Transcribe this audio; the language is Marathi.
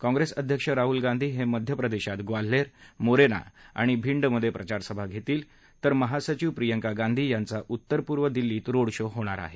काँप्रेस अध्यक्ष राहुल गांधी हे मध्य प्रदेशात ग्वाल्हेर मोरेना आणि भिंडमधे प्रचारसभा घेणार असून महासचिव प्रियंका गांधी यांचा उत्तर पूर्व दिल्लीत रोडशो होणार आहे